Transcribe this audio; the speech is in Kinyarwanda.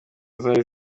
zari